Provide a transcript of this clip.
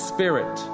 Spirit